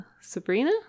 Sabrina